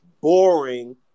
boring –